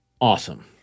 Awesome